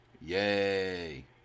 Yay